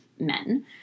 men